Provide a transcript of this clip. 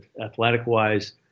athletic-wise